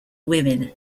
women